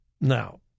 Now